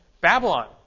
Babylon